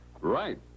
Right